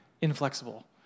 inflexible